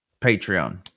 Patreon